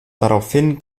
daraufhin